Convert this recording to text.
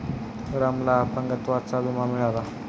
रामला अपंगत्वाचा विमा मिळाला